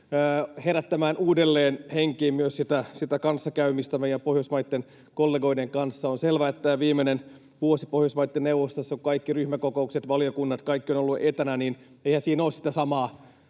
herättämään uudelleen henkiin myös sitä kanssakäymistä meidän Pohjoismaiden kollegoiden kanssa. On selvää, että tämä viimeinen vuosi Pohjoismaiden neuvostossa, kun kaikki ryhmäkokoukset, valiokunnat, kaikki, ovat olleet etänä, niin eihän siinä ole ollut sitä samaa